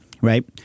right